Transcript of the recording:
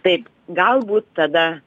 taip galbūt tada